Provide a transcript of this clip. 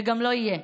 וגם לא יהיה.